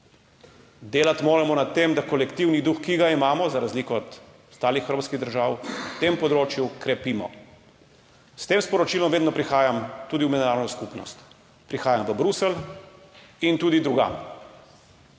Delati moramo na tem, da kolektivni duh, ki ga imamo, za razliko od ostalih evropskih držav na tem področju, krepimo. S tem sporočilom vedno prihajam tudi v mednarodno skupnost, prihajam v Bruselj in tudi drugam.